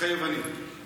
מתחייב אני ברכות.